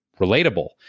Relatable